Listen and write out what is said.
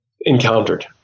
encountered